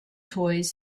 toys